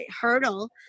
hurdle